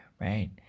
right